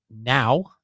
now